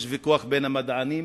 יש ויכוח בין המדענים,